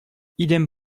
idem